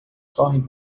correm